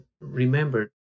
remember